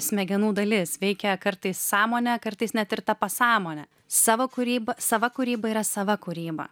smegenų dalis veikia kartais sąmonė kartais net ir ta pasąmonė savo kūryba sava kūryba yra sava kūryba